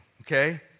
Okay